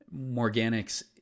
Morganics